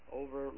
over